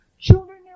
Children